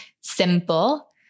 simple